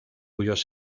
cuyos